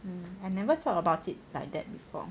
um I never thought about it like that before